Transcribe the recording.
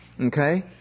Okay